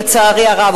לצערי הרב,